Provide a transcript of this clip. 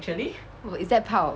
oh is that part of